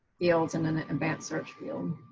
fields in an an advanced search field.